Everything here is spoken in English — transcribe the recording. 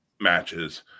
matches